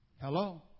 Hello